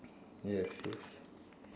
yes yes